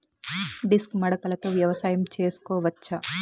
Disc మడకలతో వ్యవసాయం చేసుకోవచ్చా??